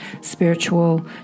spiritual